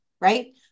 right